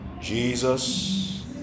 Jesus